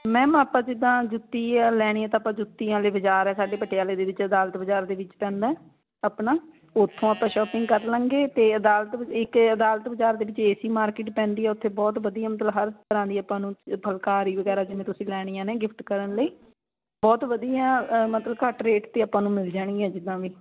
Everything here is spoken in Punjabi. ਮੈਮ ਆਪਾਂ ਜਿੱਦਾਂ ਜੁੱਤੀ ਆ ਲੈਣੀ ਆ ਤਾਂ ਆਪਾਂ ਜੁੱਤੀਆਂ ਵਾਲੇ ਬਾਜ਼ਾਰ ਆ ਸਾਡੇ ਪਟਿਆਲੇ ਦੇ ਵਿੱਚ ਅਦਾਲਤ ਬਾਜ਼ਾਰ ਦੇ ਵਿੱਚ ਪੈਂਦਾ ਆਪਣਾ ਉੱਥੋਂ ਆਪਾਂ ਸ਼ੋਪਿੰਗ ਕਰ ਲਾਂਗੇ ਅਤੇ ਅਦਾਲਤ ਇੱਕ ਹੈ ਅਦਾਲਤ ਬਜ਼ਾਰ ਦੇ ਵਿੱਚ ਏ ਸੀ ਮਾਰਕੀਟ ਪੈਂਦੀ ਆ ਉੱਥੇ ਬਹੁਤ ਵਧੀਆ ਮਤਲਬ ਹਰ ਤਰ੍ਹਾਂ ਦੀ ਆਪਾਂ ਨੂੰ ਫੁੱਲਕਾਰੀ ਵਗੈਰਾ ਜਿਵੇਂ ਤੁਸੀਂ ਲੈਣੀਆਂ ਨੇ ਗਿਫਟ ਕਰਨ ਲਈ ਬਹੁਤ ਵਧੀਆ ਮਤਲਬ ਘੱਟ ਰੇਟ 'ਤੇ ਆਪਾਂ ਨੂੰ ਮਿਲ ਜਾਣੀ ਹੈ ਜਿੱਦਾਂ ਵੀ